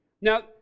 Now